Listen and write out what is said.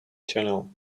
channel